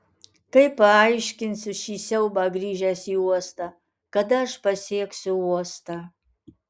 kaip paaiškinsiu šį siaubą grįžęs į uostą kada aš pasieksiu uostą